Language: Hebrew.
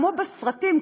כמו בסרטים,